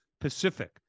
Pacific